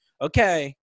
okay